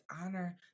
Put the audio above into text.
honor